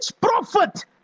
prophet